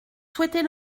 souhaitez